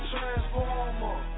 Transformer